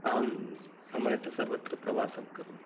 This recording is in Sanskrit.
अहं सामान्यतः सर्वत्र प्रवासं करोमि